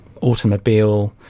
automobile